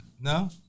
No